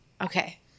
Okay